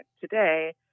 today